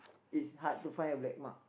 is hard too find a black mark